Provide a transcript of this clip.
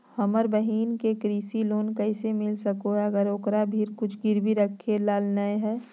हमर बहिन के कृषि लोन कइसे मिल सको हइ, अगर ओकरा भीर कुछ गिरवी रखे ला नै हइ?